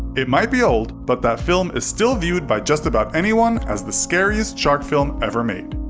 it might be old, but that film is still viewed by just about anyone as the scariest shark film ever made.